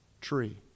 tree